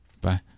Bye